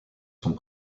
sont